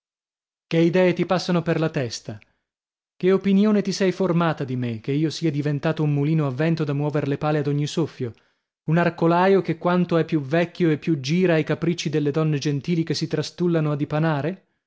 che idee ti passano per la testa che opinione ti sei formata di me che io sia diventato un mulino a vento da muover le pale ad ogni soffio un arcolaio che quanto è più vecchio e più gira ai capricci delle donne gentili che si trastullano a dipanare